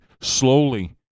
slowly